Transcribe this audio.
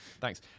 thanks